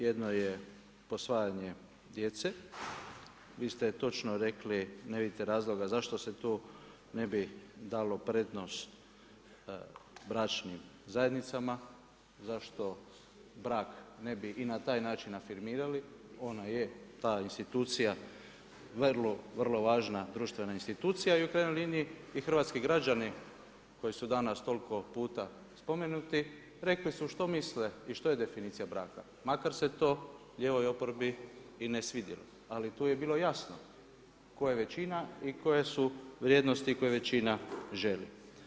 Jedna je posvajanje djece, vi ste točno rekli, ne vidite razloga zašto se tu ne bi dalo prednost bračnim zajednicama, zašto brak ne bi i na taj način afirmirali, ono je ta institucija vrlo, vrlo važna društvena institucija i u krajnjoj liniji i hrvatski građani koji su danas toliko puta spomenuti, rekli su što misle i što je definicija braka, makar se to lijevoj oporbi i ne svidjelo, ali tu je bilo jasno tko je većina i koje su vrijednosti koje većina želi.